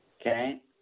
Okay